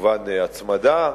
כמובן הצמדה,